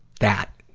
that,